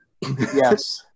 Yes